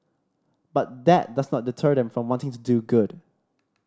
but that does not deter them from wanting to do good